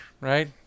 right